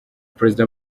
perezida